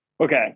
Okay